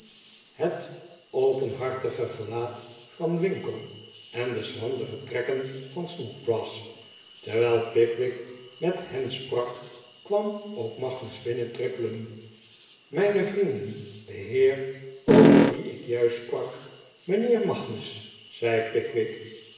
het openhartige gelaat van winkle en de schrandere trekken van snodgrass terwijl pickwick met hen sprak kwam ook magnus binnentrippelen mijne vrienden de heer over wien ik juist sprak mijnheer magnus zei pickwick